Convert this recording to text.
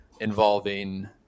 involving